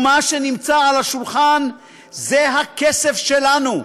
ומה שנמצא על השולחן זה הכסף שלנו,